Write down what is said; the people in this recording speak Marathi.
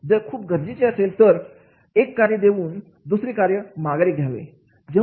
जर खूपच गरजेचे असेल तर एक कार्य देऊन दुसरे कार्य माघारी घ्यावे